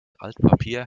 altpapier